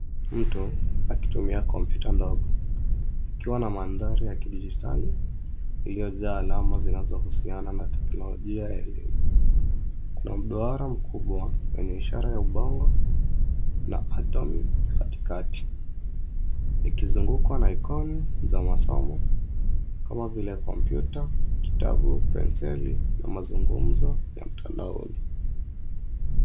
Mtu akitumia kompyuta ndogo akiwa na mandhari ya kidijitali, iliyojaa alama zinazohusiana na teknolojia ya elimu. Kuna mdwara mkubwa wenye ishara ya ubongo na atomi katikati, ikizungukwa na ikoni za masomo kama vile kompyuta, kitabu, penseli na mazungumzo ya mtandaoni.